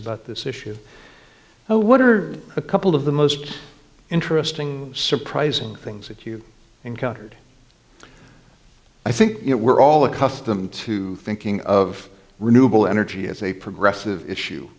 about this issue now what are a couple of the most interesting surprising things that you encountered i think it we're all accustomed to thinking of renewable energy as a progressive issue